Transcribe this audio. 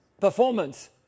Performance